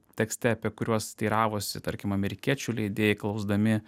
tekste apie kuriuos teiravosi tarkim amerikiečių leidėjai klausdami